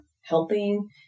helping